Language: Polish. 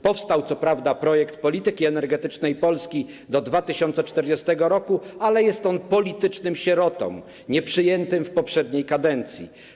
Powstał co prawda projekt „Polityki energetycznej Polski do 2040 r.”, ale jest to polityczna sierota, nie przyjęto go w poprzedniej kadencji.